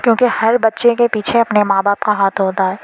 کیونکہ ہر بچے کے پیچھے اپنے ماں باپ کا ہاتھ ہوتا ہے